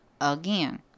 again